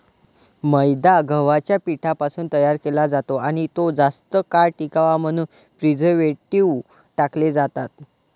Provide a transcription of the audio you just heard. मैदा गव्हाच्या पिठापासून तयार केला जातो आणि तो जास्त काळ टिकावा म्हणून प्रिझर्व्हेटिव्ह टाकले जातात